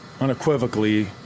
unequivocally